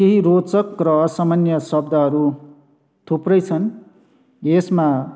केही रोचक र असामान्य शब्दहरू थुप्रै छन् यसमा